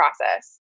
process